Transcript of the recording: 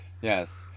Yes